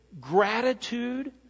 gratitude